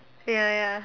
ya ya ya